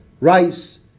rice